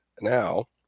now